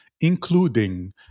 including